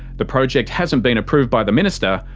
the project hasn't been approved by the minister.